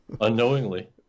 unknowingly